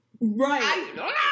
Right